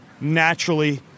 naturally